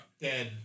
Dead